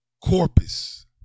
corpus